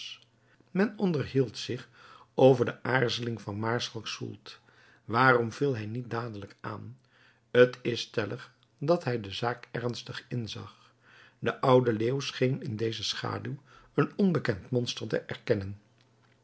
men onderhield zich over de aarzeling van maarschalk soult waarom viel hij niet dadelijk aan t is stellig dat hij de zaak ernstig inzag de oude leeuw scheen in deze schaduw een onbekend monster te erkennen